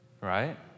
right